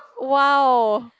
!wow!